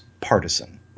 partisan